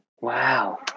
wow